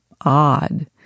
odd